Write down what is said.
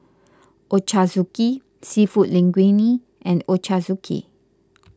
Ochazuke Seafood Linguine and Ochazuke